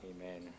amen